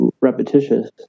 repetitious